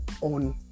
on